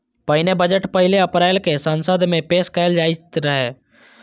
पहिने बजट पहिल अप्रैल कें संसद मे पेश कैल जाइत रहै